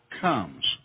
comes